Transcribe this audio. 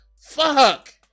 Fuck